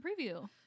preview